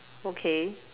okay